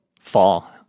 fall